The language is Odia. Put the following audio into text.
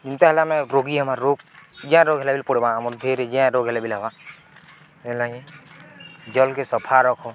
ଯେନ୍ତା ହେଲା ଆମେ ରୋଗୀ ଆମ ରୋଗ୍ ଜାଁ ରୋଗ ହେଲେ ବି ପଡ଼୍ବା ଆମର୍ ଧୀେରେ ଯାଁ ରୋଗ ହେଲା ବଲେ ହେବା ହେଲାଗି ଜଲ୍କେ ସଫା ରଖ